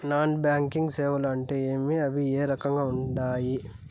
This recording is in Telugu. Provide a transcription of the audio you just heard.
నాన్ బ్యాంకింగ్ సేవలు అంటే ఏమి అవి ఏ రకంగా ఉండాయి